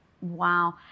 Wow